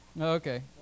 okay